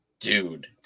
dude